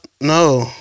No